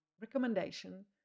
recommendation